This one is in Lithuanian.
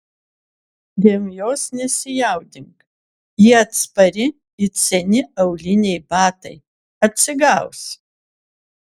dėl jos nesijaudink ji atspari it seni auliniai batai atsigaus